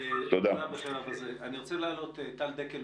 טל דקל,